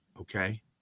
okay